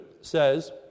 says